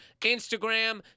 Instagram